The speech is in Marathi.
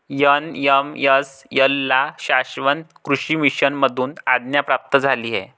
एन.एम.एस.ए ला शाश्वत कृषी मिशन मधून आज्ञा प्राप्त झाली आहे